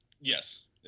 Yes